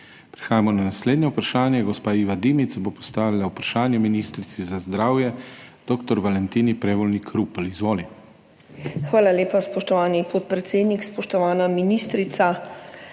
Prehajamo na naslednje vprašanje. Gospa Iva Dimic bo postavila vprašanje ministrici za zdravje dr. Valentini Prevolnik Rupel. Izvoli. **IVA DIMIC (PS NSi):** Hvala lepa, spoštovani podpredsednik. Spoštovana ministrica,